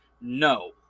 No